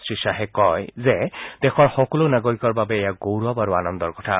শ্ৰীখাহে কয় যে দেশৰ সকলো নাগৰিকৰ বাবে এয়া গৌৰৱ আৰু আনন্দৰ কথা